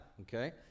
okay